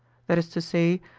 that is to say,